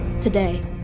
Today